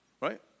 Right